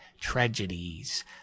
tragedies